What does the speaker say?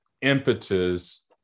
impetus